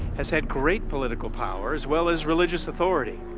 has had great political power as well as religious authority.